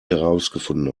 herausgefunden